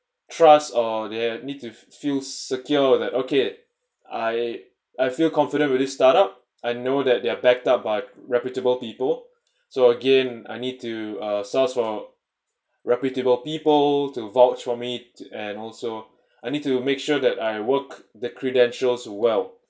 trust or they need to feel secure that okay I I feel confident with this startup I know that they are backed up by reputable people so again I need to uh source for reputable people to vouch for me to and also I need to make sure that I work the credentials well